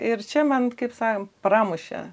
ir čia man kaip sakant pramušė